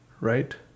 right